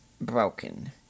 broken